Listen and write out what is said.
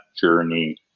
journey